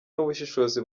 n’ubushishozi